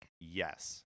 yes